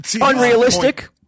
Unrealistic